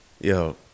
Yo